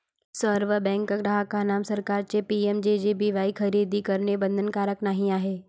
सर्व बँक ग्राहकांना सरकारचे पी.एम.जे.जे.बी.वाई खरेदी करणे बंधनकारक नाही आहे